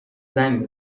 زنگ